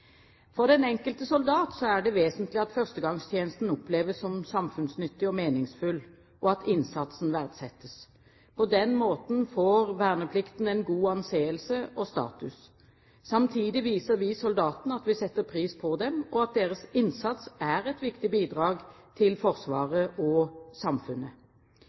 For den enkelte soldat er det vesentlig at førstegangstjenesten oppleves som samfunnsnyttig og meningsfull, og at innsatsen verdsettes. På den måten får verneplikten en god anseelse og status. Samtidig viser vi soldatene at vi setter pris på dem, og at deres innsats er et viktig bidrag til Forsvaret og samfunnet.